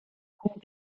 who